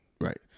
right